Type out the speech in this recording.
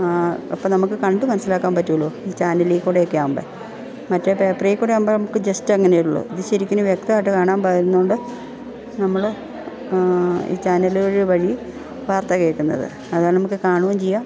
അപ്പം നമുക്ക് കണ്ട് മനസ്സിലാക്കാൻ പറ്റുകയുള്ളു ഈ ചാനലിൽ കൂടെ ഒക്കെ ആകുമ്പം മറ്റേ പേപ്പറിൽ കൂടെ ആകുമ്പോൾ നമുക്ക് ജസ്റ്റ് അങ്ങനെ ഉള്ളൂ ഇത് ശരിക്കും വ്യക്തമായിട്ട് കാണാൻ പറ്റുന്നുണ്ട് നമ്മൾ ഈ ചാനലുകൾ വഴി വാർത്ത കേൾക്കുന്നത് അതാണ് നമുക്ക് കാണുകയും ചെയ്യാം